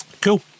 Cool